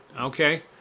okay